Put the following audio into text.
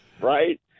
Right